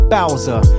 Bowser